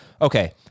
okay